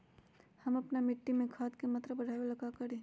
हम अपना मिट्टी में खाद के मात्रा बढ़ा वे ला का करी?